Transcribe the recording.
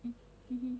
mm mm mm